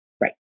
Right